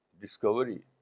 discovery